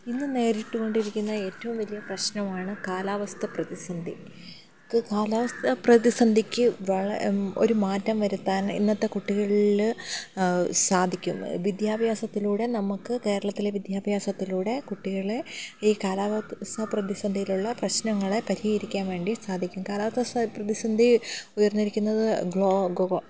ഇന്ന് നേരിട്ടു കൊണ്ടിരിക്കുന്ന ഏറ്റവും വലിയ പ്രശ്നമാണ് കാലാവസ്ഥ പ്രതിസന്ധിക്ക് കാലാവസ്ഥ പ്രതിസന്ധിക്ക് ഒരു മാറ്റം വരുത്താൻ ഇന്നത്തെ കുട്ടികളിൽ സാധിക്കും വിദ്യാഭ്യാസത്തിലൂടെ നമുക്ക് കേരളത്തിലെ വിദ്യാഭ്യാസത്തിലൂടെ കുട്ടികളെ ഈ കാലാവസ്ഥ പ്രതിസന്ധിയിലുള്ള പ്രശ്നങ്ങളെ പരിഹരിക്കാൻ വേണ്ടി സാധിക്കും കാലാവസ്ഥ പ്രതിസന്ധി ഉയർന്നിരിക്കുന്നത്